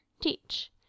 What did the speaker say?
teach